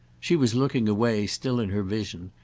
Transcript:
she was looking away, still in her vision,